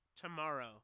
tomorrow